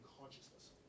consciousness